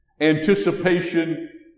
anticipation